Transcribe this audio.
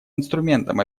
инструментом